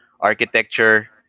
architecture